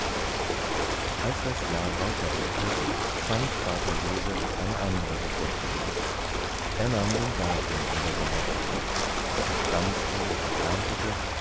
als das jahr weiterrückte fand vater joseph eine andere beschäftigung er nahm den garten unter seine obhut er pflanzte und erntete